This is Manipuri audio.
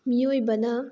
ꯃꯤꯑꯣꯏꯕꯅ